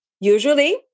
Usually